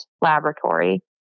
laboratory